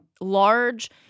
large